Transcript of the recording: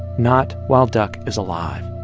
not while duck is alive